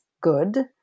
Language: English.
good